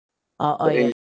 oh oh ya